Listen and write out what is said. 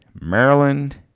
Maryland